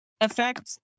affects